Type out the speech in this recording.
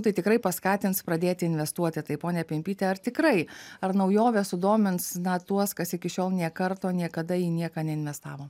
tai tikrai paskatins pradėti investuoti tai ponia pimpyte ar tikrai ar naujovė sudomins na tuos kas iki šiol nė karto niekada į nieką neinvestavo